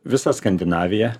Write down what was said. visa skandinavija